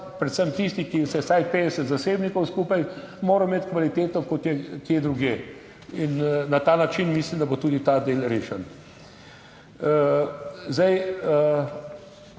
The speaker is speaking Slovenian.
predvsem tisti, ki se vsaj 50 zasebnikov skupaj, morajo imeti kvaliteto, kot je kje drugje in na ta način mislim, da bo tudi ta del rešen. Zdaj,